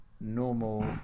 normal